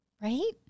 right